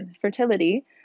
fertility